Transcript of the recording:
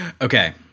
Okay